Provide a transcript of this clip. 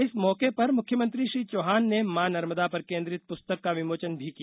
इस मौके पर मुख्यमंत्री श्री चौहान ने माँ नर्मदा पर केन्द्रित पुस्तक का विमोचन भी किया